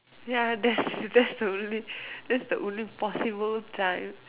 ya that's that's the only that's the only possible time